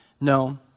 No